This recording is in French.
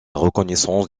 reconnaissance